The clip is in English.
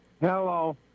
Hello